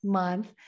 month